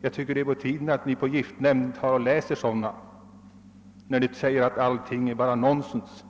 Jag tycker det är på tiden att ni i giftnämnden läser sådana artiklar i stället för att säga att de bara innehåller nonsens.